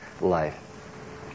life